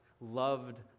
loved